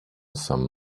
some